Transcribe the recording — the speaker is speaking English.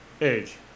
age